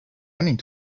running